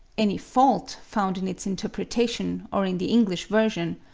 any fault found in its interpretation or in the english version,